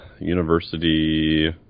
University